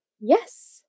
Yes